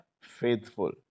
faithful